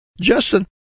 Justin